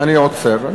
אני עוצר.